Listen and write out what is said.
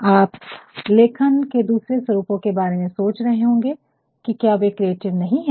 आप लेखन के दूसरे स्वरूपों के बारे में सोच रहे होंगे कि क्या वो क्रिएटिव नहीं है